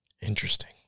interesting